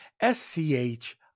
S-C-H